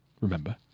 remember